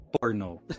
porno